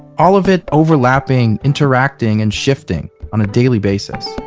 all of it overlapping, interacting and shifting on a daily basis